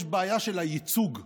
יש בעיה של הייצוג,